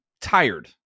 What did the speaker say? tired